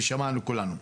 ושמענו כולנו.